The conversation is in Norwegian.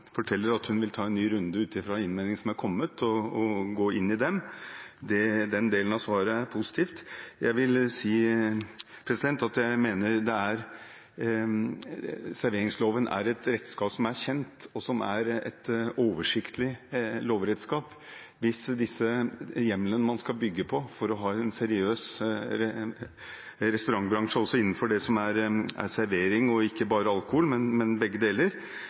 forteller at hun vil ta en ny runde ut fra innvendinger som er kommet, og gå inn i dem. Den delen av svaret er positivt. Jeg mener at serveringsloven er et kjent redskap og et oversiktlig lovredskap. Hvis de hjemlene man skal bygge på for å ha en seriøs restaurantbransje også innenfor servering og ikke bare alkohol – begge deler,